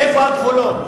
איפה הגבולות,